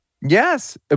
Yes